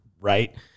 right